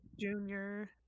junior